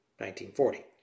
1940